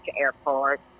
Airport